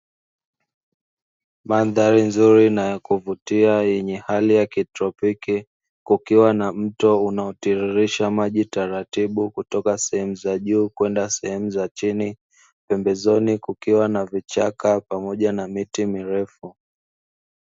Mandhari nzuri naya kuvutia yenye hali ya kitropiki; kukiwa na mto unaotiririsha maji taratibu kutoka kwenye sehemu za juu kwenda sehemu za chini, pembezoni kukiwa na vichaka pamoja na miti mirefu.